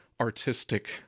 artistic